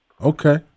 Okay